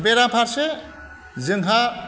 बेराफारसे जोंहा